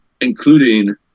including